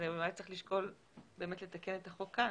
אולי צריך לשקול לתקן את החוק כאן.